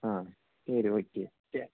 ஆ சரி okay okay